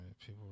People